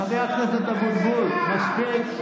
חבר הכנסת אבוטבול, מספיק.